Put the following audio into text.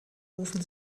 rufen